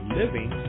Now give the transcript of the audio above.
living